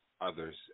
others